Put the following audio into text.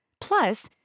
Plus